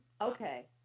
Okay